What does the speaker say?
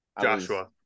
Joshua